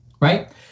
right